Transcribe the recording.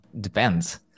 depends